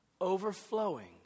overflowing